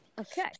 Okay